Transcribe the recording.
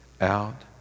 out